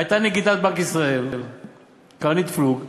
הייתה נגידת בנק ישראל קרנית פלוג,